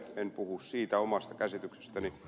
en puhu siitä omasta käsityksestäni